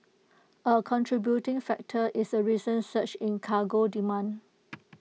A contributing factor is A recent surge in cargo demand